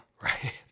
Right